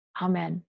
amen